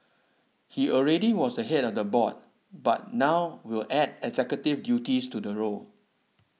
he already was head of the board but now will add executive duties to the role